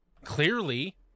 clearly